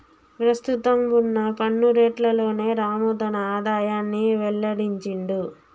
ప్రస్తుతం వున్న పన్ను రేట్లలోనే రాము తన ఆదాయాన్ని వెల్లడించిండు